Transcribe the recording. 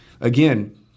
again